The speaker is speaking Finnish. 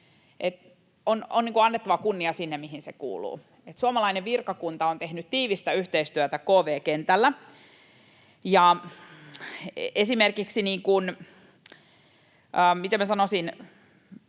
On annettava kunnia sinne, mihin se kuuluu. Suomalainen virkakunta on tehnyt tiivistä yhteistyötä kv-kentällä, esimerkkinä, miten minä sanoisin,